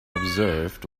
observed